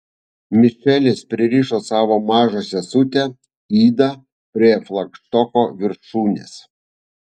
michelis pririšo savo mažą sesutę idą prie flagštoko viršūnės